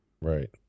Right